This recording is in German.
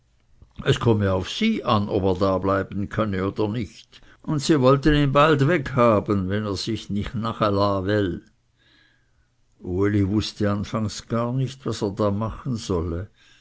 es komme auf sie an ob er dableiben könne oder nicht und sie wollten ihn bald weghaben wenn er sich nicht nachela well uli wußte anfangs gar nicht was er da machen solle